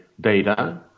data